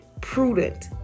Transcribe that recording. prudent